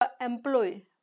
employee